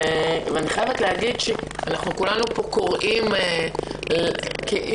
אני חייבת להגיד שכולנו פה קוראים כאילו